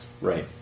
Right